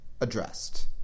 addressed